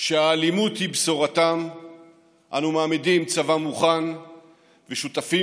שהאלימות היא בשורתם אנו מעמידים צבא מוכן ושותפים